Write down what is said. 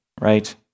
right